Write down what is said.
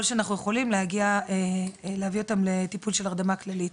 שאנחנו יכולים להביא אותם לטיפול של הרדמה כללית,